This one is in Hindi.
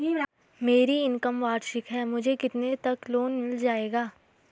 मेरी इनकम वार्षिक है मुझे कितने तक लोन मिल जाएगा?